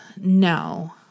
No